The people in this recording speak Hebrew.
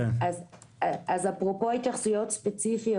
אז אפרופו התייחסויות ספציפיות.